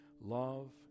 love